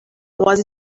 was